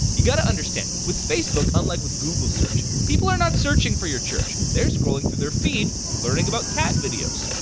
you got to understand, with facebook, unlike with google search, people are not searching for your church. they're scrolling through their feed, learning about cat videos,